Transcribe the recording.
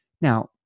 Now